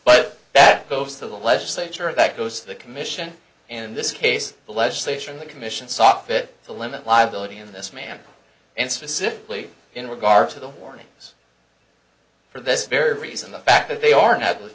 but that goes to the legislature that goes to the commission in this case the legislature and the commission saw fit to limit liability in this manner and specifically in regard to the warnings for this very reason the fact that they are not